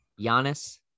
Giannis